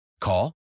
Call